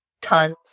tons